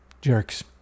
jerks